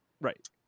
Right